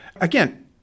Again